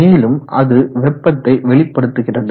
மேலும் அது வெப்பத்தை வெளிப்படுத்துகிறது